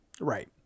Right